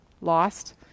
lost